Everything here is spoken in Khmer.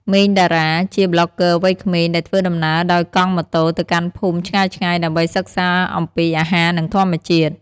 ម៉េង តារា ជាប្លុកហ្គើវ័យក្មេងដែលធ្វើដំណើរដោយកង់ម៉ូតូទៅកាន់ភូមិឆ្ងាយៗដើម្បីសិក្សាអំពីអាហារនិងធម្មជាតិ។